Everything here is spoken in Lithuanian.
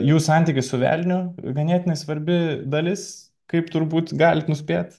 jų santykis su velniu ganėtinai svarbi dalis kaip turbūt galit nuspėt